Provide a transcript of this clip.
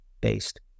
based